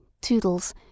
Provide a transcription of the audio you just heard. Toodles